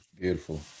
beautiful